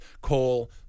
coal